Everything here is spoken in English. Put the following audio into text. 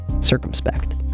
circumspect